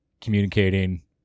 communicating